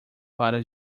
para